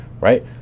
right